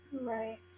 Right